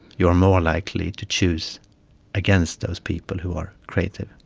you are more likely to choose against those people who are creative.